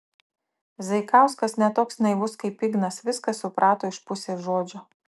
zaikauskas ne toks naivus kaip ignas viską suprato iš pusės žodžio